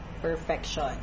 perfection